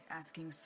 asking